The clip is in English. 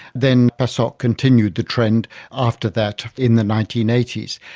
then pasok continued the trend after that in the nineteen eighty s.